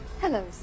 Hello